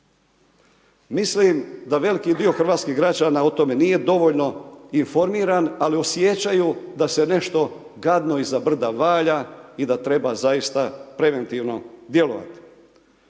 Mislim da veliki dio hrvatskih građana o tome nije dovoljno informiran, ali osjećaju da se nešto gadno iza brda valja i da treba zaista preventivno djelovati.